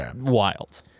wild